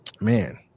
man